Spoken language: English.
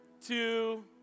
two